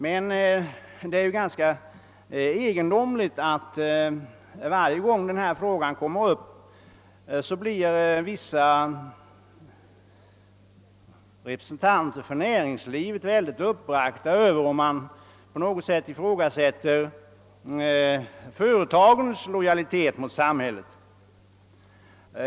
Men det är ju ganska egendomligt att varje gång denna fråga kommer upp blir vissa representanter för näringslivet synnerligen uppbragta, om man på något sätt ifrågasätter företagens lojalitet mot samhället.